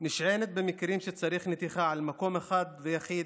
נשענת במקרים שצריך נתיחה על מקום אחד ויחיד,